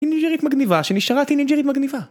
טינאייג'רית מגניבה שנשארה טינאייג'רית מגניבה